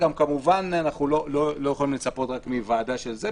אנחנו כמובן לא יכולים לצפות מוועדה של משרד המשפטים למצוא פתרונות.